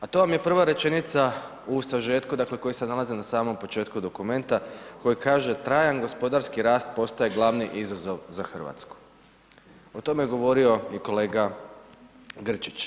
A to vam je prva rečenica u sažetku dakle koji se nalazi na samom početku dokumenta koji kaže: „Trajan gospodarski rast postaje glavni izazov za Hrvatsku.“ O tome je govorio i kolega Grčić.